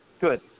Good